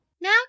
Now